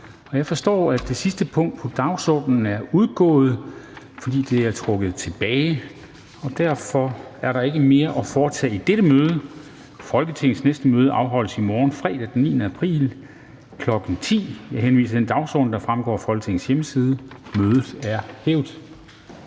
fra formanden Formanden (Henrik Dam Kristensen): Derfor er der ikke mere at foretage i dette møde Folketingets næste møde afholdes i morgen, fredag den 9. april 2021, kl. 10.00. Jeg henviser til den dagsorden, der fremgår af Folketingets hjemmeside. Mødet er hævet.